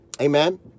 Amen